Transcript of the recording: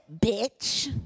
bitch